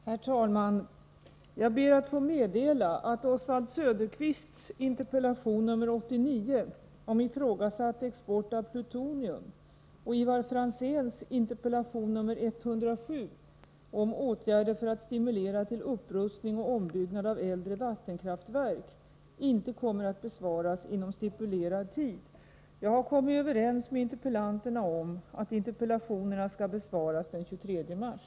Herr talman! Jag ber att få meddela att Oswald Söderqvists interpellation nr 89 om ifrågasatt export av plutonium och Ivar Franzéns interpellation nr 107 om åtgärder för att stimulera till upprustning och ombyggnad av äldre vattenkraftverk inte kommer att besvaras inom stipulerad tid. Jag har kommit överens med interpellanterna om att interpellationerna skall besvaras den 23 mars.